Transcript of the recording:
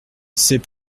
c’est